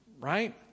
right